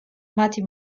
მათი